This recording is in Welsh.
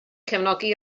cefnogi